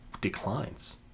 declines